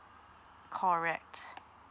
correct